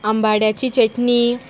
आंबाड्याची चटणी